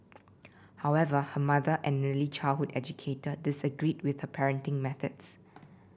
however her mother an early childhood educator disagreed with her parenting methods